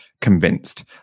convinced